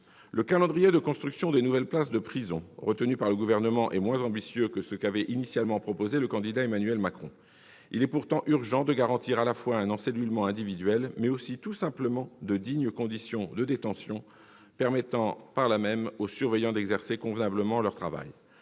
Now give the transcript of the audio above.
Le programme de construction de nouvelles places de prison retenu par le Gouvernement est moins ambitieux que ce qu'avait initialement annoncé le candidat Emmanuel Macron. Il est pourtant urgent de garantir un encellulement individuel, mais aussi, tout simplement, de dignes conditions de détention, permettant aux surveillants d'accomplir convenablement leur travail.